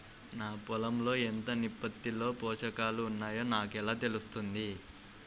నా పొలం లో ఎంత నిష్పత్తిలో పోషకాలు వున్నాయో నాకు ఎలా తెలుస్తుంది?